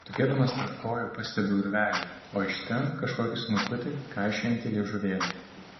tupėdamas tarp kojų pastebiu urvelį o iš ten kažkokį snukutį kaišiojantį liežuvėlį